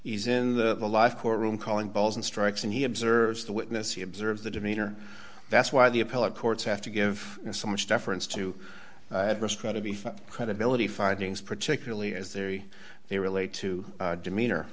he's in the life courtroom calling balls and strikes and he observes the witness you observe the demeanor that's why the appellate courts have to give him so much deference to try to beef credibility findings particularly as they they relate to demeanor